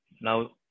Now